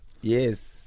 Yes